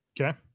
Okay